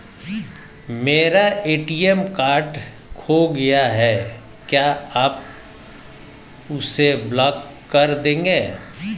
मेरा ATM card खो गया है क्या आप उसे ब्लॉक कर देंगे?